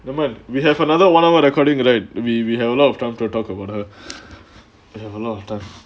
never mind we have another one hour recording right we we have a lot of time to talk about her I have a lot of times